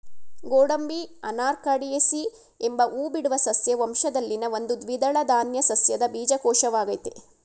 ಗೋಡಂಬಿ ಅನಾಕಾರ್ಡಿಯೇಸಿ ಎಂಬ ಹೂಬಿಡುವ ಸಸ್ಯ ವಂಶದಲ್ಲಿನ ಒಂದು ದ್ವಿದಳ ಧಾನ್ಯ ಸಸ್ಯದ ಬೀಜಕೋಶವಾಗಯ್ತೆ